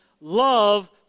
love